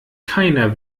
keiner